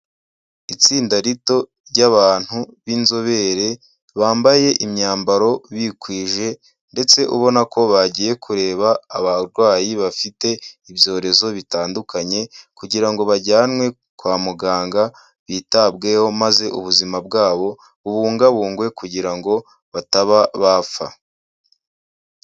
Itsinda rito ry'abantu b'inzobere bambaye imyambaro bikwije ndetse ubona ko bagiye kureba abarwayi bafite ibyorezo bitandukanye, kugira ngo bajyanwe kwa muganga bitabweho, maze ubuzima bwabo bubungabungwe kugira ngo bataba bapfa.